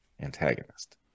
antagonist